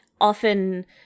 often